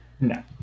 No